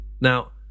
Now